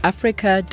Africa